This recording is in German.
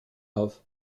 auf